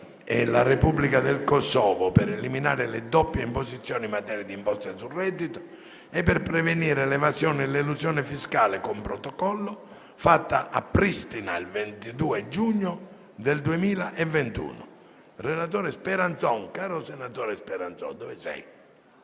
e la Repubblica del Kosovo per eliminare le doppie imposizioni in materia di imposte sul reddito e per prevenire l'evasione e l'elusione fiscale, con Protocollo, fatta a Pristina il 22 giugno 2021, di seguito denominata « Convenzione ».